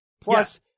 Plus